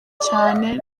cyane